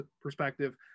perspective